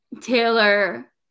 Taylor